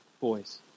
boys